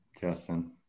Justin